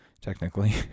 technically